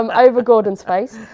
um over gordon's face.